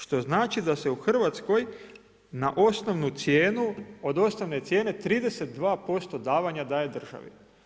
Što znači da se u Hrvatskoj na osnovnu cijenu od osnovne cijene 32% davanja daje državi.